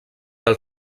del